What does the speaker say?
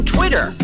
Twitter